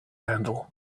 handle